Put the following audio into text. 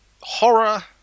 horror